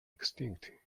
extinct